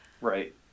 Right